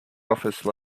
office